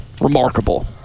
remarkable